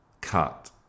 cut